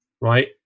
right